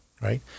right